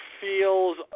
feels